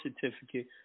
certificate